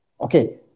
okay